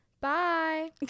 Bye